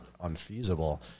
unfeasible